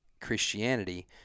Christianity